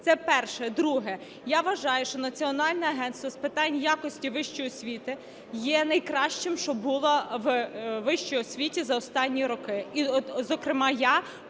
Це перше. Друге. Я вважаю, що Національне агентство з питань якості вищої освіти є найкращим, що було в вищій освіті за останні роки,